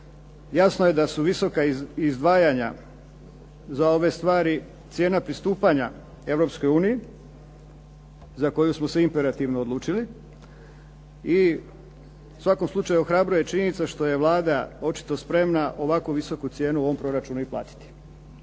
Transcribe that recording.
Jasno je da su visoka izdvajanja za ove stvari cijena pristupanja Europskoj uniji, za koju smo se imperativno odlučili. I u svakom slučaju ohrabruje činjenica što je Vlada očito spremna ovako visoku cijenu ovakvom proračunu i platiti.